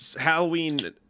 Halloween